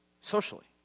Socially